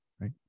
right